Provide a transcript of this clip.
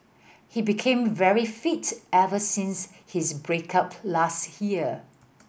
he became very fit ever since his break up last year